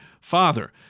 Father